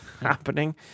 happening